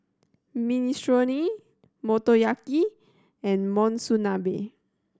Minestrone Motoyaki and Monsunabe